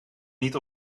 niet